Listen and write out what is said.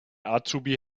azubi